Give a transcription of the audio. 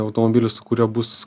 automobilis kuriuo bus